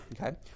Okay